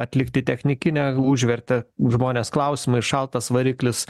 atlikti technikinę užvertė žmonės klausimais šaltas variklis